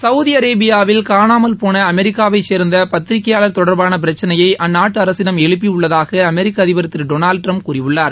Saudi அரேபியாவில் காணாமல்போன அமெரிக்காவைச் சேர்ந்த பததிரிகையாளர் தொடர்பான பிரச்சினையை அந்நாட்டு அரசிடம் எழுப்பியுள்ளதாக அமெரிக்க அதிபர் திரு டொளால்டு ட்டிரம்ப் கூறியுள்ளார்